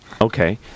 okay